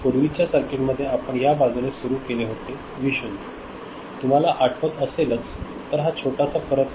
पूर्वीच्या सर्किट मध्ये आपण या बाजूने सुरू केले होते व्ही 0 तुम्हाला आठवत असेलच तर हा छोटासा फरक आहे